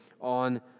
on